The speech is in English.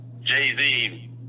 Jay-Z